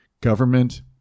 government